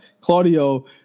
claudio